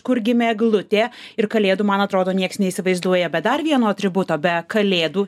kur gimė eglutė ir kalėdų man atrodo nieks neįsivaizduoja be dar vieno atributo be kalėdų